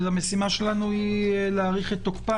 המשימה שלנו, להאריך את תוקפם.